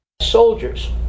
Soldiers